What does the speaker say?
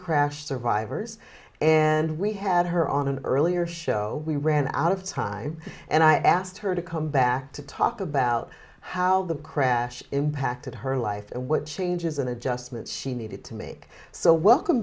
crash survivors and we had her on an earlier show we ran out of time and i asked her to come back to talk about how the crash impacted her life and what changes and adjustments she needed to make so welcome